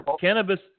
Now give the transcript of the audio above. Cannabis